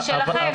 זה שלכם,